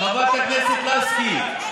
חברת הכנסת לסקי,